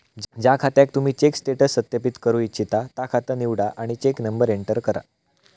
ज्या खात्याक तुम्ही चेक स्टेटस सत्यापित करू इच्छिता ता खाता निवडा आणि चेक नंबर एंटर करा